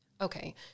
okay